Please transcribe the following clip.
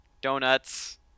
donuts